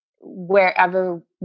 wherever